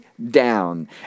down